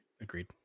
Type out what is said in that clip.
agreed